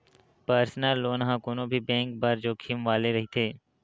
personal loan ह कोनो भी बेंक बर जोखिम वाले रहिथे